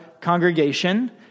congregation